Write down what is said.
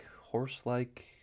horse-like